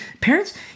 parents